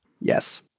Yes